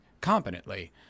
competently